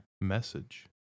Message